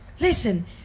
Listen